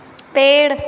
पेड़